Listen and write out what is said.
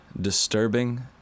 disturbing